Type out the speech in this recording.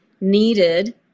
needed